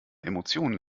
emotionen